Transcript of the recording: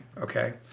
okay